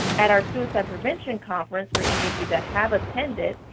at our suicide prevention conference, for any of you that have attended,